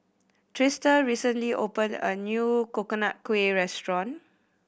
Trista recently opened a new Coconut Kuih restaurant